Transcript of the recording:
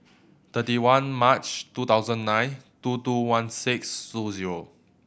thirty one March two thousand and nine two two one six two zero